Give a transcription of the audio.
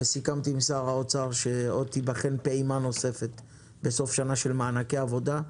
וסיכמתי עם שר האוצר שתיבחן פעימה נוספת בסוף שנה של מענקי עבודה.